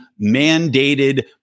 mandated